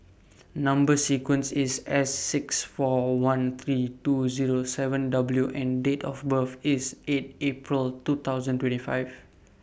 Number sequence IS S six four one three two Zero seven W and Date of birth IS eight April two thousand and twenty five